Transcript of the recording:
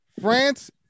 France